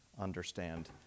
understand